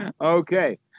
okay